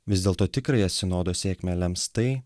vis dėlto tikrąją sinodo sėkmę lems tai